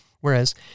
whereas